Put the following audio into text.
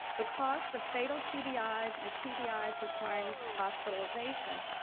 the cost of fatal tbis ah and tbis requiring hospitalization,